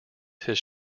his